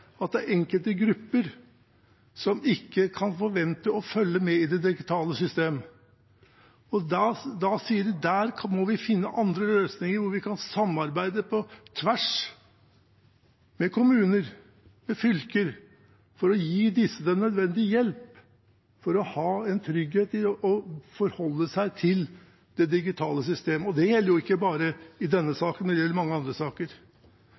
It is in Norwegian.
at det er enkelte grupper som ikke kan forventes å følge med i det digitale systemet. Da sier de at de må finne andre løsninger, hvor man kan samarbeide på tvers, med kommuner og fylker, for å gi disse nødvendig hjelp til å ha trygghet når det gjelder å forholde seg til det digitale systemet. Det gjelder ikke bare i denne saken, men også i mange andre saker.